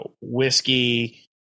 whiskey